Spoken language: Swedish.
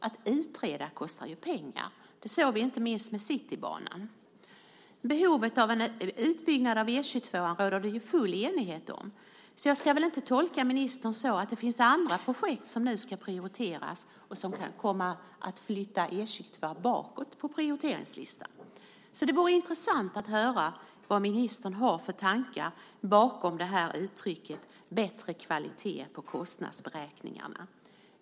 Att utreda kostar pengar; det såg vi inte minst med Citybanan. Behovet av en utbyggnad av E 22:an råder det ju full enighet om, så jag ska väl inte tolka ministern så att det finns andra projekt som nu ska prioriteras och som kan komma att flytta E 22:an bakåt på prioriteringslistan. Det vore intressant att höra vilka tankar hos ministern som ligger bakom uttrycket "bättre kvalitet på kostnadsberäkningarna".